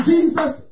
Jesus